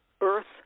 earth